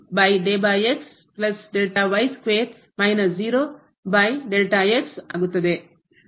ಆದ್ದರಿಂದ ಇದು ಆಗುತ್ತದೆ